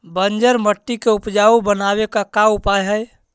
बंजर मट्टी के उपजाऊ बनाबे के का उपाय है?